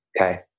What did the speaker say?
Okay